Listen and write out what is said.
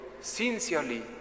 sincerely